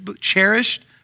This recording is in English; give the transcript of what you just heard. cherished